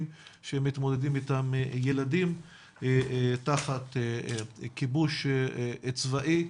שמתמודדים איתם ילדים תחת כיבוש צבאי.